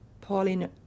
Pauline